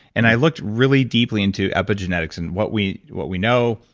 and i looked really deeply into epigenetics and what we what we know,